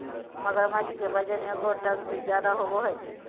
मगरमच्छ के वजन एगो टन से ज्यादा होबो हइ